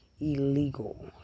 Illegal